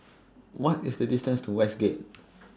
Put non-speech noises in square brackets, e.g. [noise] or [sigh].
What IS The distance to Westgate [noise]